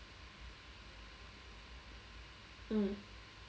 mm